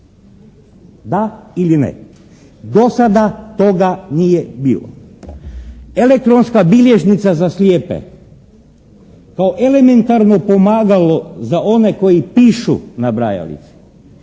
Da ili ne. Do sada toga nije bilo. Elektronska bilježnica za slijepe, to elementarno pomagalo za one koji pišu na braillici,